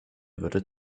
würde